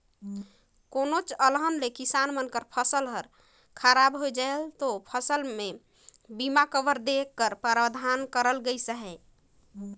कोनोच अलहन ले किसान कर फसिल हर खराब होए जाथे ता ओ फसिल में बीमा कवर देहे कर परावधान करल गइस अहे